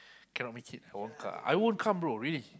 cannot make it I won't come I won't come bro really